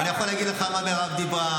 אני יכול להגיד לך מה מירב דיברה,